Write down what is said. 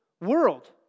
world